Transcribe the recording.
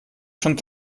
schon